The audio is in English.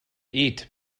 eat